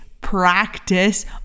practice